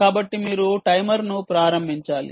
కాబట్టి మీరు టైమర్ను ప్రారంభించాలి